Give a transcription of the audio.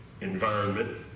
environment